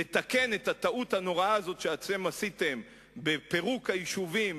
תיקון הטעות הנוראה הזאת שאתם עשיתם בפירוק היישובים,